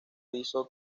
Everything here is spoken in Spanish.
hizo